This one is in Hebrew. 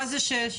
מה זה 6?